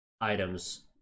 items